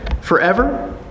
forever